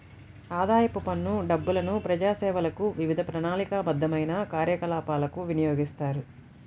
ఆదాయపు పన్ను డబ్బులను ప్రజాసేవలకు, వివిధ ప్రణాళికాబద్ధమైన కార్యకలాపాలకు వినియోగిస్తారు